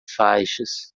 faixas